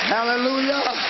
Hallelujah